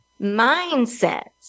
mindsets